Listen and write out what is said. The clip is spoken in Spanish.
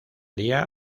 día